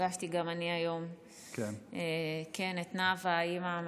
פגשתי גם אני היום את נאוה, האימא.